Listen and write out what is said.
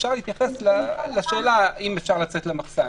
אפשר להתייחס לשאלה האם אפשר לצאת למחסן,